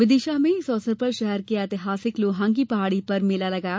विदिशा में इस अवसर पर शहर की एतिहासिक लोहांगी पहाड़ी पर मेला लगाया गया